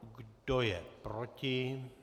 Kdo je proti?